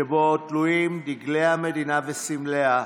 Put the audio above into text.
שבו תלויים דגלי המדינה וסמליה,